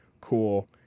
cool